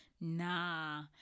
Nah